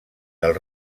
del